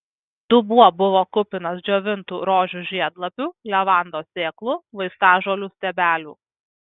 dubuo buvo kupinas džiovintų rožių žiedlapių levandos sėklų vaistažolių stiebelių